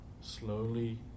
Slowly